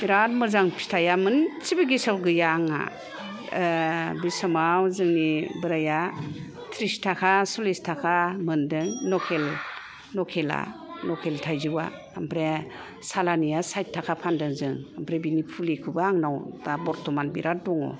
बिराथ मोजां फिथाइया मोनसेबो गेसाव गैया आंना बे समाव जोंनि बोराइया ट्रिस थाखा चललिस थाखा मोनदों लकेल थाइजौआ ओमफ्राय सालानिया चाइद थाखा फानदों जों ओमफ्राय बेनि फुलिखौबो आंनाव दा बरथ'मान बिराथ दङ